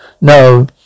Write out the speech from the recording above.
No